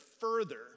further